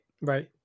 right